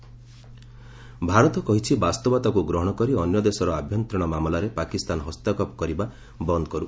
MEA Kashmir Bharat କହିଛି ବାସ୍ତବତାକୁ ଗ୍ରହଣ କରି ଅନ୍ୟ ଦେଶର ଆଭ୍ୟନ୍ତରୀଣ ମାମଲାରେ ପାକିସ୍ତାନ ହସ୍ତକ୍ଷେପ କରିବା ବନ୍ଦ କରୁ